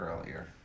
earlier